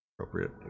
appropriate